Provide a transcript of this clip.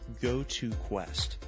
GoToQuest